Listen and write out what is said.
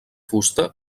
fusta